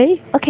Okay